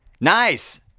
Nice